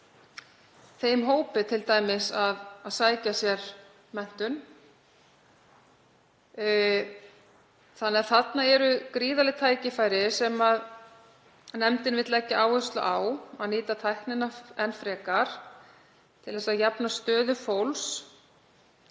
þeim hópi t.d. að sækja sér menntun þannig að þarna eru gríðarleg tækifæri sem nefndin vill leggja áherslu á, nýta tæknina enn frekar til að jafna stöðu fólks.